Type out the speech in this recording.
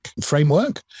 framework